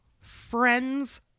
Friends